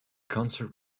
concert